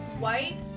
white